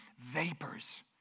vapors